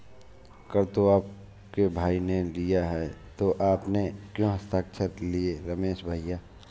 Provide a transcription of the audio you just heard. कर तो आपके भाई ने लिया है तो आपने क्यों हस्ताक्षर किए रमेश भैया?